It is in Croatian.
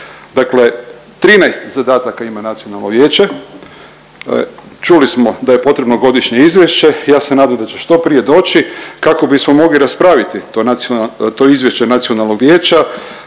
Dakle 13 zadataka ima nacionalno vijeće. Čuli smo da je potrebno godišnje izvješće, ja se nadam da će što prije doći kako bismo mogli raspraviti to .../nerazumljivo/...